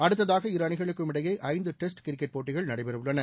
அடுத்ததாக இரு அணிகளுக்கும் இடையே ஐந்து டெஸ்ட் கிரிக்கெட் போட்டிகள் நடைபெறவுள்ளன